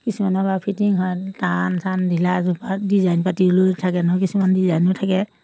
কিছুমানৰ ফিটিং হয় টান চান ঢিলা জোপা ডিজাইন পাতি লৈ থাকে নহয় কিছুমান ডিজাইনো থাকে